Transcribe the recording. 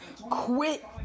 quit